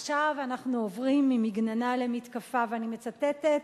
עכשיו אנחנו עוברים ממגננה למתקפה, ואני מצטטת.